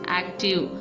active